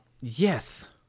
Yes